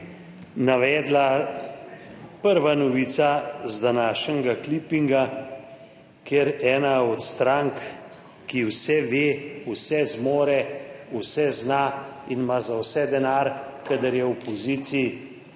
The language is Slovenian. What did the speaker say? navedla prva novica z današnjega klipinga, ker ena od strank, ki vse ve, vse zmore, vse zna in ima za vse denar, kadar je v opoziciji,